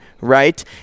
right